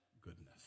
goodness